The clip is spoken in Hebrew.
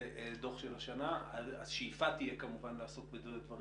זה דוח של השנה השאיפה תהיה כמובן לעסוק בדברים